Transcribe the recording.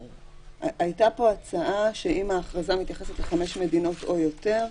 הייתה פה הצעה שאם ההכרזה מתייחסת לחמש מדינות או יותר,